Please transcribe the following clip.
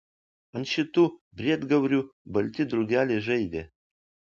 ant šitų briedgaurių balti drugeliai žaidė